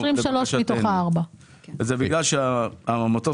חוזרים לרשימה 2022-013185. אלה שתי עמותות